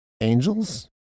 angels